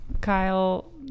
Kyle